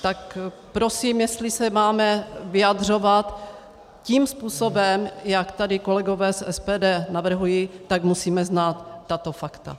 Tak prosím, jestli se máme vyjadřovat tím způsobem, jak tady kolegové z SPD navrhují, tak musíme znát tato fakta.